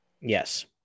Yes